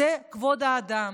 זה כבוד האדם,